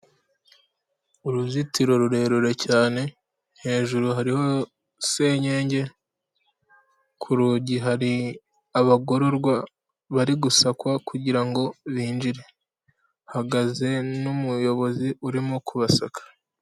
Uruzitiro rurerure cyane, hejuru hariho senyenge, ku rugi hari abagororwa bari gusakwa kugira ngo binjire. Hahagaze n'umuyobozi urimo kubasaka.